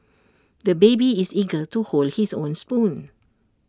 the baby is eager to hold his own spoon